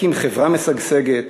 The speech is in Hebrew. להקים חברה משגשגת,